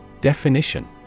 Definition